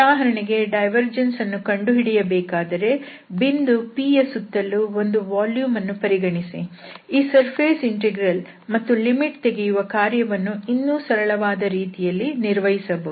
ಉದಾಹರಣೆಗೆ ಡೈವರ್ಜೆನ್ಸ್ ಅನ್ನು ಕಂಡು ಹಿಡಿಯಬೇಕಾದರೆ ಬಿಂದು P ಯ ಸುತ್ತಲೂ ಒಂದು ಘನಪ್ರಮಾಣವನ್ನು ಪರಿಗಣಿಸಿ ಈ ಸರ್ಫೇಸ್ ಇಂಟೆಗ್ರಲ್ ಹಾಗೂ ಲಿಮಿಟ್ ತೆಗೆಯುವ ಕಾರ್ಯವನ್ನು ಇನ್ನೂ ಸರಳವಾದ ರೀತಿಯಲ್ಲಿ ನಿರ್ವಹಿಸಬಹುದು